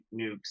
nukes